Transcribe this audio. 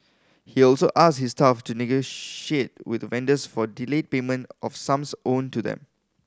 he also asked his staff to negotiate with vendors for delayed payment of sums owed to them